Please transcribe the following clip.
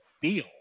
feel